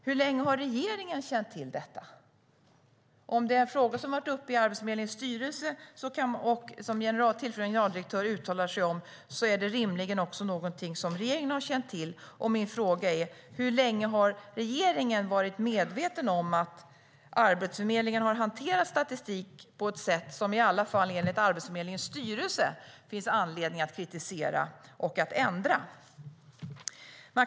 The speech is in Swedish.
Hur länge har regeringen känt till denna manipulation av statistiken? Om frågan varit uppe i Arbetsförmedlingens styrelse, och den tillförordnade generaldirektören uttalat sig om den, är det rimligen något som även regeringen känt till. Hur länge har regeringen varit medveten om att Arbetsförmedlingen har hanterat statistik på ett sätt som det, åtminstone enligt Arbetsförmedlingens styrelse, finns anledning att kritisera och ändra på?